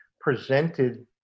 presented